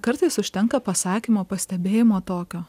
kartais užtenka pasakymo pastebėjimo tokio